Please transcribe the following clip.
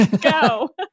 go